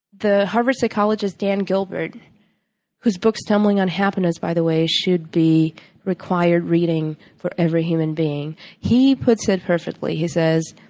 the harvard psychologist, dan gilbert whose book, stumbling unhappiness, bye the way, should be required reading for every human being he puts it perfectly. he says,